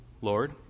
Lord